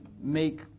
make